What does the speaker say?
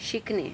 शिकणे